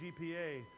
GPA